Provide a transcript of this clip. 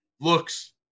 looks